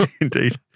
indeed